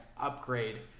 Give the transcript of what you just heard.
upgrade